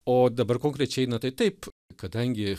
o dabar konkrečiai na tai taip kadangi